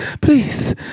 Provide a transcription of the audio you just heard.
please